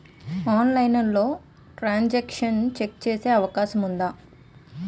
ఆన్లైన్లో transaction check చేసే అవకాశం ఉందా?